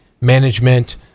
management